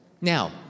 Now